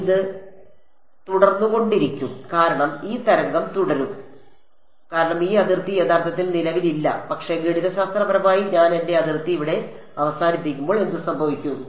ഇത് തുടർന്നുകൊണ്ടേയിരിക്കും കാരണം ഈ തരംഗം തുടരും കാരണം ഈ അതിർത്തി യഥാർത്ഥത്തിൽ നിലവിലില്ല പക്ഷേ ഗണിതശാസ്ത്രപരമായി ഞാൻ എന്റെ അതിർത്തി ഇവിടെ അവസാനിപ്പിക്കുമ്പോൾ എന്ത് സംഭവിക്കും